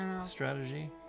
strategy